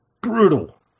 brutal